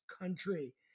Country